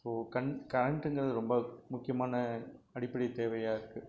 கரண்ட்டுங்கிறது ரொம்ப முக்கியமான அடிப்படை தேவையாக இருக்கு